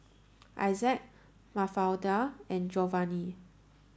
Issac Mafalda and Jovani